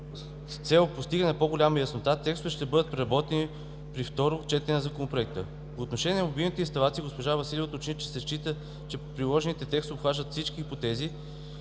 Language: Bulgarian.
с цел постигане на по-голяма яснота, текстовете ще бъдат преработени преди второ четене на Законопроекта. По отношение на мобилните инсталации госпожа Василева уточни, че счита, че предложените текстове обхващат всички хипотези,